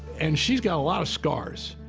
and she's got a lot of scars.